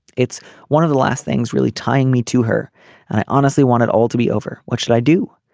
it's one of the last things really tying me to her and i honestly want it all to be over. what should i do.